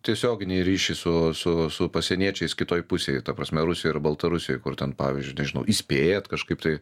tiesioginį ryšį su su su pasieniečiais kitoj pusėj ta prasme rusijoj ar baltarusijoj kur ten pavyzdžiui nežinau įspėjat kažkaip tai